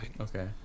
Okay